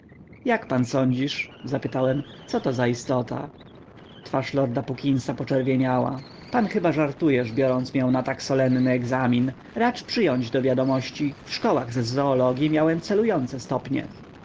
jak pan sądzisz zapytałem co to za istota twarz lorda puckinsa poczerwieniała pan chyba żartujesz biorąc mię na tak solenny egzamin racz przyjąć do wiadomości w szkołach miałem z zoologii celujące stopnie